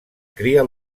cria